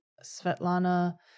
Svetlana